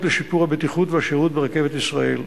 לשיפור הבטיחות והשירות ברכבת ישראל.